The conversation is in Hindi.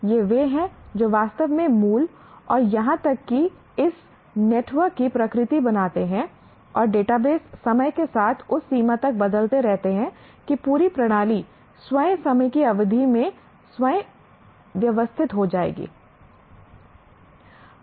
ये वे हैं जो वास्तव में मूल और यहां तक कि इस नेटवर्क की प्रकृति बनाते हैं और डेटाबेस समय के साथ उस सीमा तक बदलते रहते हैं कि पूरी प्रणाली स्वयं समय की अवधि में स्वयं व्यवस्थित हो जाएगी